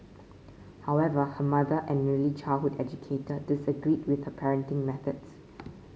however her mother an early childhood educator disagreed with her parenting methods